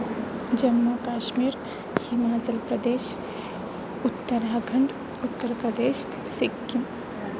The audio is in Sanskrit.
जम्मुकाश्मीर् हिमाचल्प्रदेशः उत्तराखण्ड् उत्तरप्रदेशः सिक्किम्